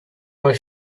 were